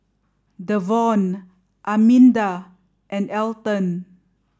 Devaughn Arminda and Elton